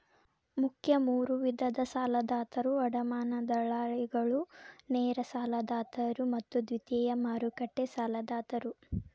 ಮುಖ್ಯ ಮೂರು ವಿಧದ ಸಾಲದಾತರು ಅಡಮಾನ ದಲ್ಲಾಳಿಗಳು, ನೇರ ಸಾಲದಾತರು ಮತ್ತು ದ್ವಿತೇಯ ಮಾರುಕಟ್ಟೆ ಸಾಲದಾತರು